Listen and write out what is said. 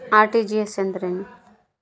RTGS ಎಂದರೇನು?